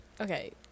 okay